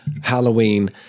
Halloween